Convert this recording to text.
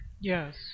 Yes